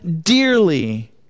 dearly